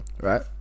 right